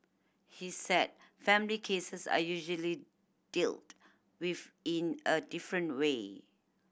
he said family cases are usually dealt with in a different way